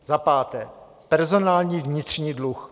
Za páté personální vnitřní dluh.